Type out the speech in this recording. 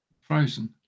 Frozen